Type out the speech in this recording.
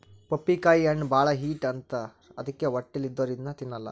ಪಪ್ಪಿಕಾಯಿ ಹಣ್ಣ್ ಭಾಳ್ ಹೀಟ್ ಅಂತಾರ್ ಅದಕ್ಕೆ ಹೊಟ್ಟಲ್ ಇದ್ದೋರ್ ಇದು ತಿನ್ನಲ್ಲಾ